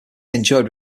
enjoyed